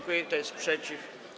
Kto jest przeciw?